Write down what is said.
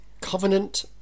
Covenant